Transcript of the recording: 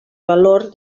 valor